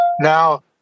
now